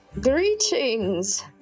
Greetings